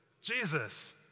Jesus